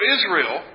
Israel